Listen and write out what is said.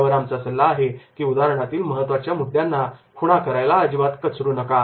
यावर आमचा सल्ला आहे की उदाहरणातील महत्त्वाच्या मुद्द्यांना खुणा करायला अजिबात कचरु नका